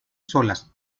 solas